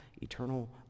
eternal